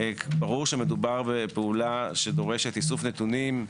ברור שמדובר בפעולה שדורשת איסוף נתונים,